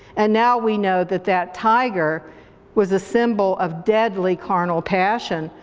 and now we know that that tiger was a symbol of deadly carnal passion,